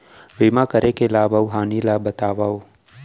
बीमा करे के लाभ अऊ हानि ला बतावव